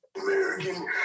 American